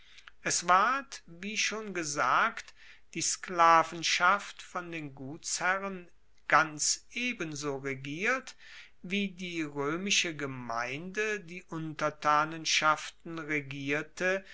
es ward wie schon gesagt die sklavenschaft von den gutsherren ganz ebenso regiert wie die roemische gemeinde die untertanenschaften regierte